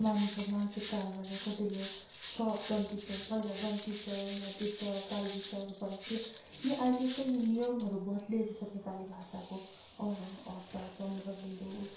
मानिसको मानसिकताहरूबाट कतिले स दन्ती स पहिला दन्ती स मूर्धा ष तालव्य शहरू पढेको थिएँ यो अहिले चाहिँ यो नियमहरू बद्लेको छ नेपाली भाषाको ड ढ़ चन्द्र विन्दु